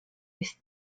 ist